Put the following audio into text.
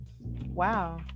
Wow